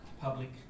public